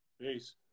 Peace